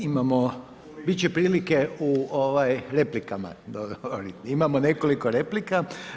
Imamo, bit će prilike u replikama ... Imamo nekoliko replika.